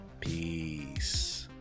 Peace